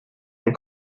nei